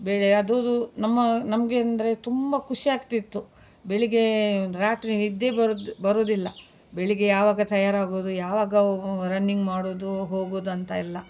ಅದು ನಮ್ಮ ನಮಗೆ ಅಂದರೆ ತುಂಬ ಖುಷಿ ಆಗ್ತಿತ್ತು ಬೆಳಿಗ್ಗೆ ರಾತ್ರಿ ನಿದ್ದೆ ಬರೋದ್ ಬರುವುದಿಲ್ಲ ಬೆಳಿಗ್ಗೆ ಯಾವಾಗ ತಯಾರಾಗೋದು ಯಾವಾಗ ರನ್ನಿಂಗ್ ಮಾಡೋದು ಹೋಗೋದಂತ ಎಲ್ಲ